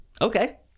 Okay